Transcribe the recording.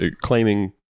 claiming